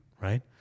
right